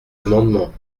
amendements